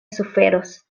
suferos